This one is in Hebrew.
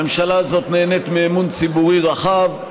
הממשלה הזאת נהנית מאמון ציבורי רחב.